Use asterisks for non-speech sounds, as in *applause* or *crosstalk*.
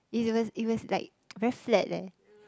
it was it was like *noise* very flat leh